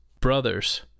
brothers